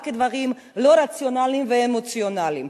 רק דברים לא רציונליים ואמוציונליים,